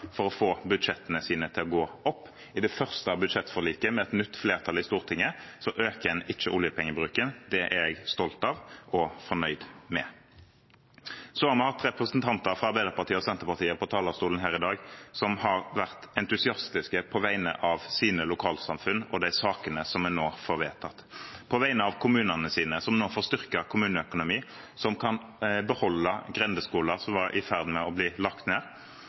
for å få budsjettene sine til å gå opp. I det første budsjettforliket med et nytt flertall i Stortinget øker en ikke oljepengebruken. Det er jeg stolt av og fornøyd med. Så har vi hatt representanter fra Arbeiderpartiet og Senterpartiet på talerstolen her i dag som har vært entusiastiske på vegne av sine lokalsamfunn og de sakene som en nå får vedtatt, på vegne av kommunene sine – som nå får styrket kommuneøkonomi, som kan beholde grendeskoler som var i ferd med å bli lagt ned,